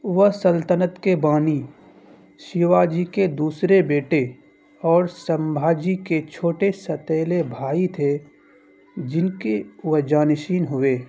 وہ سلطنت کے بانی شیواجی کے دوسرے بیٹے اور سمبھاجی کے چھوٹے سوتیلے بھائی تھے جن کے وہ جانشین ہوئے